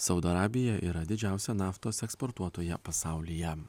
saudo arabija yra didžiausia naftos eksportuotoja pasaulyje